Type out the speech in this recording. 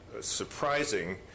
surprising